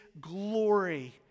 glory